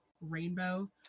rainbow